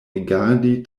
rigardi